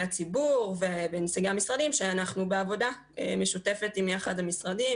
הציבור ונציגי המשרדים ואנחנו בעבודה משותפת עם המשרדים,